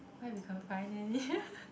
what if we can't find it